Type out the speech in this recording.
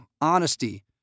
honesty